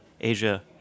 Asia